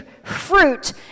fruit